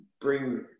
bring